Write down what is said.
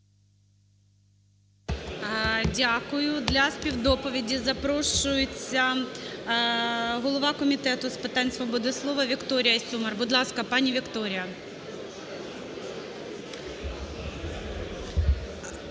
Дякую. Для співдоповіді запрошується голова Комітету з питань свободи слова Вікторія Сюмар. Будь ласка, пані Вікторія.